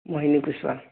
Mohini Kushwaha